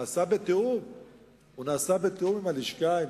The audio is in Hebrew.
נעשה בתיאום עם הלשכה,